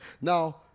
Now